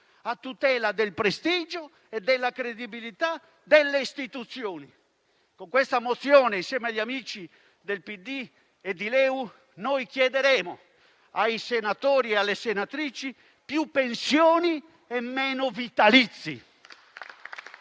a tutela del prestigio e della credibilità delle istituzioni. Con la mozione presentata insieme agli amici del PD e di LeU chiederemo ai senatori e alle senatrici più pensioni e meno vitalizi.